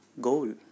goal